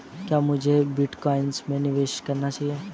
क्या मुझे बिटकॉइन में निवेश करना चाहिए?